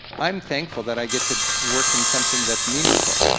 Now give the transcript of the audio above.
i'm thankful that i get to work in something that's meaningful.